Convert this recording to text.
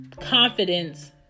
confidence